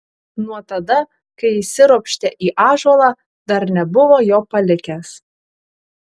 nuo tada kai įsiropštė į ąžuolą dar nebuvo jo palikęs